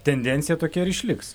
tendencija tokia ir išliks